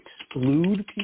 exclude